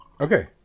Okay